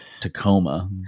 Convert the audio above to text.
Tacoma